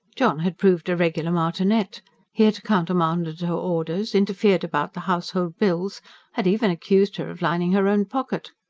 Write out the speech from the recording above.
john had proved a regular martinet he had countermanded her orders, interfered about the household bills had even accused her of lining her own pocket.